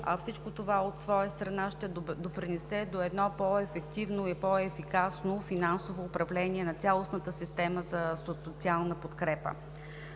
а всичко това от своя страна ще допринесе до едно по-ефективно и по-ефикасно финансово управление на цялостната система за социална подкрепа.